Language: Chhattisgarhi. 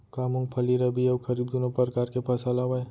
का मूंगफली रबि अऊ खरीफ दूनो परकार फसल आवय?